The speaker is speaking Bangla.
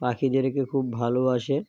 পাখিদেরকে খুব ভালোবসে